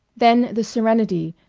then the serenity,